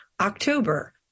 October